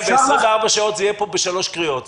לכנסת ובתוך 24 שעות זה יעבור פה בשלוש קריאות,